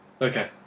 Okay